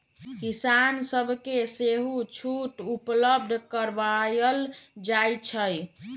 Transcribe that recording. किसान सभके सेहो छुट उपलब्ध करायल जाइ छइ